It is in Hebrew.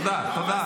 צגה, תקשיבי.